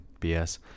bs